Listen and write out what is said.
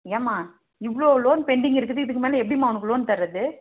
ஏம்மா இவ்வளோ loan pending இருக்குது இதுக்கு மேலே எப்படிமா உனக்கு லோன் தர்றது